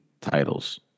titles